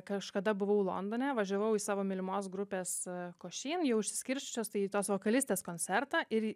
kažkada buvau londone važiavau į savo mylimos grupės košin jau išsiskirsčiusios tai tos vokalistės koncertą ir